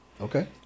Okay